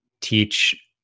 teach